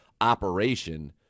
operation